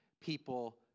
people